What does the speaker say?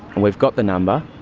we've got the number.